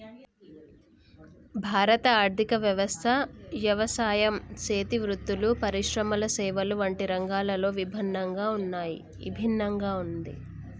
భారత ఆర్థిక వ్యవస్థ యవసాయం సేతి వృత్తులు, పరిశ్రమల సేవల వంటి రంగాలతో ఇభిన్నంగా ఉంది